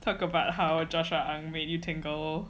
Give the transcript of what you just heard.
talk about how joshua ang made you tingle